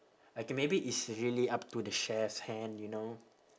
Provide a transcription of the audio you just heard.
okay maybe it's really up to the chef's hand you know